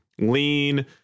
lean